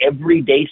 everyday